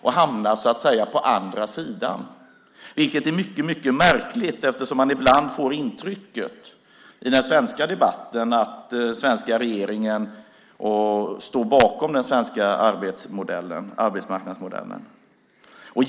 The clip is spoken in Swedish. De hamnar så att säga på andra sidan, vilket är mycket märkligt eftersom man ibland får intrycket i den svenska debatten att den svenska regeringen står bakom den svenska arbetsmarknadsmodellen.